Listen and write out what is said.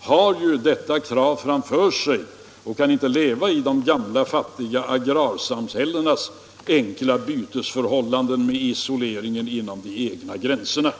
har detta krav framför sig och kan inte leva i de gamla fattiga agrarsamhällenas enkla bytesförhållanden med isoleringen inom de egna gränserna.